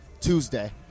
Tuesday